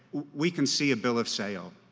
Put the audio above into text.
we can see a bill of sale,